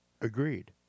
Agreed